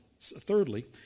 Thirdly